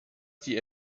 die